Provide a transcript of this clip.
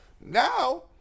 now